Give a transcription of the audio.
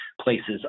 places